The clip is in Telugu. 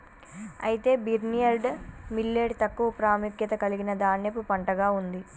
అయితే బిర్న్యర్డ్ మిల్లేట్ తక్కువ ప్రాముఖ్యత కలిగిన ధాన్యపు పంటగా ఉంది